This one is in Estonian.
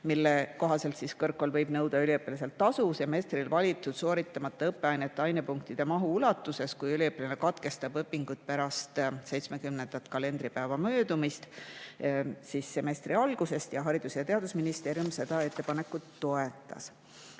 mille kohaselt võib kõrgkool nõuda üliõpilaselt tasu semestril valitud sooritamata õppeainete ainepunktide mahu ulatuses, kui üliõpilane katkestab õpingud pärast 70. kalendripäeva möödumist semestri algusest. Haridus‑ ja Teadusministeerium seda ettepanekut toetas.